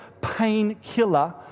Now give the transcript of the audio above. painkiller